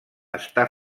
està